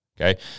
Okay